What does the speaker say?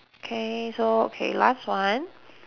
okay so okay last one